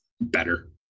better